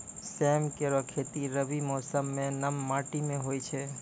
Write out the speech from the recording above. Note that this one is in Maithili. सेम केरो खेती रबी मौसम म नम माटी में होय छै